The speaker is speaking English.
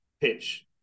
pitch